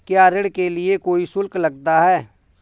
क्या ऋण के लिए कोई शुल्क लगता है?